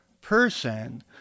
person